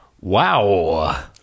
Wow